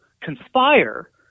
conspire